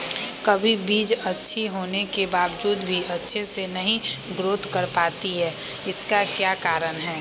कभी बीज अच्छी होने के बावजूद भी अच्छे से नहीं ग्रोथ कर पाती इसका क्या कारण है?